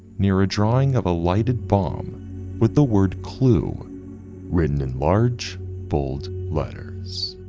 near a drawing of a lighted bomb with the word clue written in large bold letters.